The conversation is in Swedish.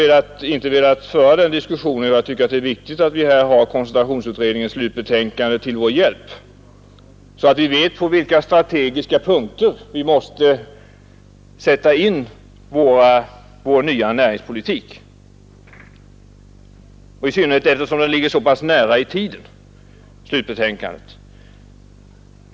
Men jag har inte velat föra den diskussionen, ty jag anser att det är viktigt att vi har koncentrationsutredningens slutbetänkande till vår hjälp, så att vi vet på vilka strategiska punkter vi bör sätta in en ny näringspolitik för banksektorn, i synnerhet som slutbetänkandet ligger så nära i tiden.